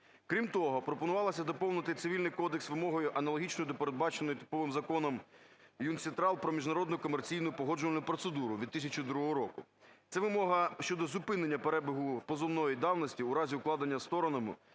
Крім того, пропонувалося доповнити Цивільний кодекс вимогою, аналогічною до передбаченої типовим законом ЮНСІТРАЛ про міжнародну комерційну погоджувальну процедуру від 2002 року. Це вимога щодо зупинення перебігу позовної давності у разі укладення сторонами